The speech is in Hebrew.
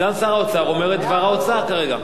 סגן שר האוצר אומר את דבר האוצר כרגע.